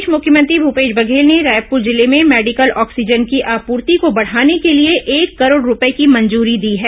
इस बीच मुख्यमंत्री भूपेश बघेल ने रायपूर जिले में मेडिकल ऑक्सीजन की आपूर्ति को बढ़ाने के लिए एक करोड़ रूपए की मंजूरी दी है